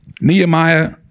Nehemiah